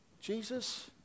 Jesus